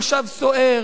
מושב סוער,